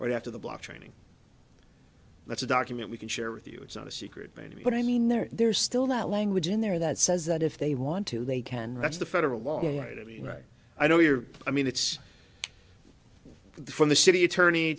or after the block training that's a document we can share with you it's not a secret plan to me but i mean there there's still that language in there that says that if they want to they can that's the federal law again i mean right i know you're i mean it's the from the city attorney